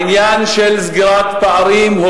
העניין של סגירת פערים,